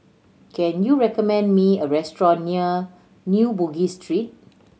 can you recommend me a restaurant near New Bugis Street